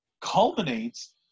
culminates